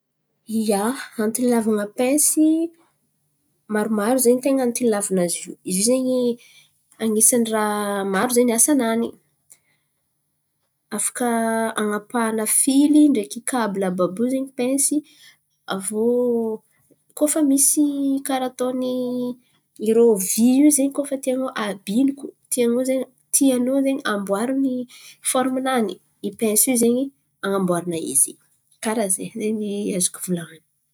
Ia, antony ilàvan̈a painsy, maromaro zen̈y ten̈a antony ilàvana izy io. Izy io zen̈y an̈isan'ny raha maro zen̈y asanany. Afaka an̈apahana fily ndreky kabila àby àby io zen̈y painsy. Aviô koa fa misy karà ataony irô vÿ io zen̈y koa fa tianao abiloko, tian̈ao zen̈y tianao zen̈y amboarin̈y fôriminany, i painsy io zen̈y an̈amboarana izy. Karà ze zen̈y azoko volan̈iny.